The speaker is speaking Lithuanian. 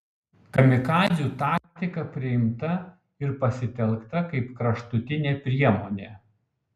kamikadzių taktika priimta ir pasitelkta kaip kraštutinė priemonė